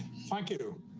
thank you.